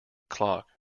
clock